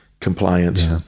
compliance